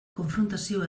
konfrontazioa